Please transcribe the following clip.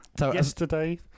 Yesterday